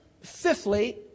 fifthly